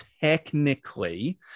technically